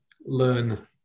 learn